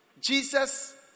Jesus